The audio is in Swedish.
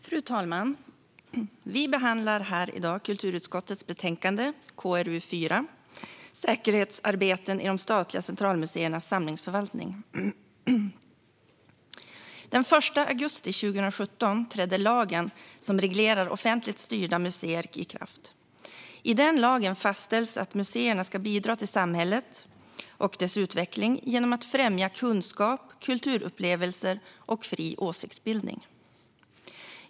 Fru talman! Vi behandlar nu kulturutskottets betänkande KrU4 Säkerhetsarbetet i de statliga centralmuseernas samlingsförvaltning . Den 1 augusti 2017 trädde lagen som reglerar offentligt styrda museer i kraft. I den lagen fastställs att museerna ska bidra till samhället och dess utveckling genom att främja kunskap, kulturupplevelser och fri åsiktsbildning.